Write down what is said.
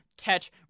catch